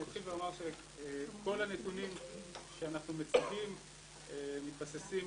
אני אתחיל ואומר שכל הנתונים שאנחנו מציגים מתבססים